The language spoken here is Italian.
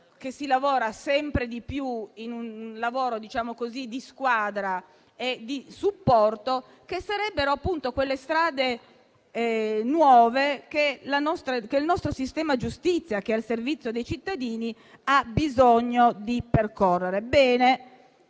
quale si lavora sempre di più in un lavoro di squadra e di supporto, sarebbero le strade nuove che il nostro sistema della giustizia, che è al servizio dei cittadini, ha bisogno di percorrere.